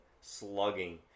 slugging